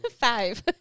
Five